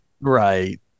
right